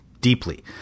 deeply